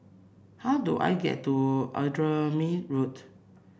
how do I get to Admiralty Road